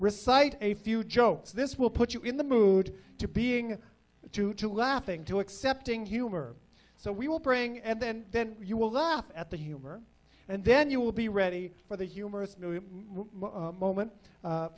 recitals a few jokes this will put you in the mood to being true to laughing to accepting humor so we will bring and then then you will laugh at the humor and then you will be ready for the humor